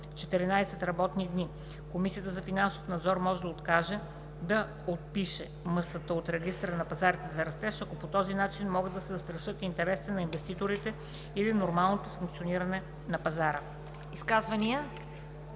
14 работни дни. Комисията за финансов надзор може да откаже да отпише МСТ от Регистъра на пазарите за растеж, ако по този начин могат да се застрашат интересите на инвеститорите или нормалното функциониране на пазара“. ПРЕДСЕДАТЕЛ